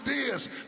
ideas